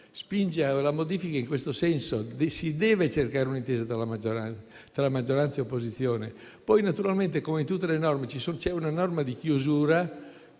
spinge alla modifica in questo senso: si deve cercare un'intesa tra maggioranza e opposizione; poi, naturalmente, come in tutte le norme, c'è una disposizione di chiusura,